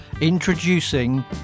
introducing